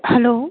hello